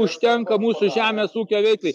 užtenka mūsų žemės ūkio veiklai